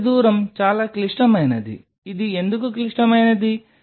ఈ పని దూరం చాలా క్లిష్టమైనది ఇది ఎందుకు క్లిష్టమైనది